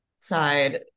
side